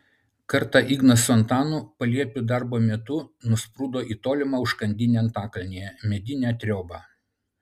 kartą ignas su antanu paliepiu darbo metu nusprūdo į tolimą užkandinę antakalnyje medinę triobą